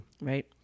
right